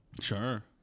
Sure